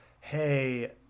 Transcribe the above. hey